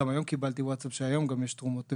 כי גם היום קיבלתי ווטסאפ שגם היום יש תרומות איברים,